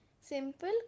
simple